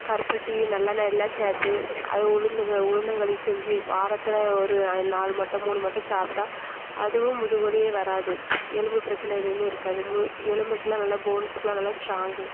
கருப்பட்டி நல்லெண்ணெய் எல்லாம் சேர்த்து அது உளுந்தங் உளுந்தங்களி செஞ்சு வாரத்தில் ஒரு நாள் மட்டும் மூணு மட்டம் சாப்பிட்டா அதுவும் முதுகு வலியே வராது எலும்பு பிரச்சனை எதுவுமே இருக்காது மு எலும்புக்கெலாம் நல்ல போன்ஸ்க்குலாம் நல்ல ஸ்ட்ராங்கு